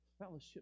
fellowship